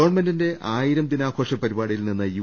ഗവൺമെന്റിന്റെ ആയിരം ദിനാഘോഷ പരിപാടിയിൽ നിന്ന് യു